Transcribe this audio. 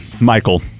Michael